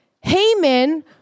Haman